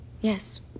Yes